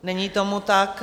Není tomu tak.